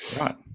Right